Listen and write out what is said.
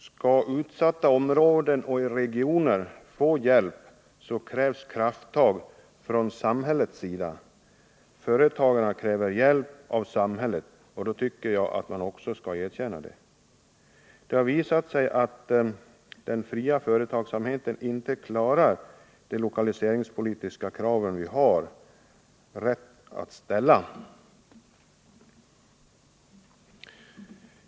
Skall utsatta områden och regioner få hjälp så krävs krafttag från samhällets sida. Företagarna kräver hjälp av samhället, och då tycker jag att de också skall erkänna det. Det har visat sig att den fria företagsamheten inte klarar de lokaliseringspolitiska krav vi har rätt att ställa.